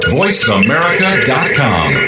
voiceamerica.com